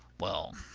well,